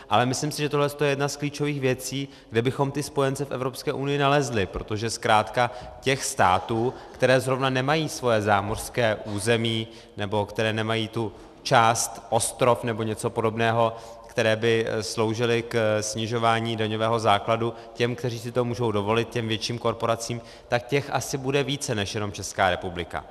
Ale myslím si, že tohle je jedna z klíčových věcí, kde bychom ty spojence v Evropské unii nalezli, protože zkrátka těch států, které zrovna nemají svoje zámořské území nebo které nemají tu část ostrov nebo něco podobného která by sloužila ke snižování daňového základu těm, kteří si to můžou dovolit, těm větším korporacím, tak těch asi bude více než jenom Česká republika.